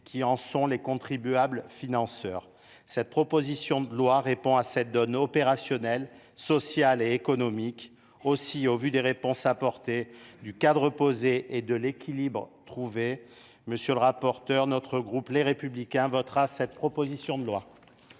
qui en sont les contribuables financeurs. Cette proposition de loi répond à cette donne opérationnelle, sociale et économique. Aussi, au vu des réponses apportées, du cadre posé et de l’équilibre trouvé, le groupe Les Républicains votera cette proposition de loi.